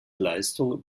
leistung